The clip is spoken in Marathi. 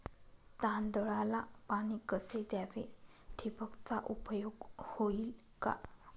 तांदळाला पाणी कसे द्यावे? ठिबकचा उपयोग होईल का?